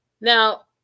Now